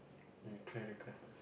you try other card